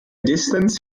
distance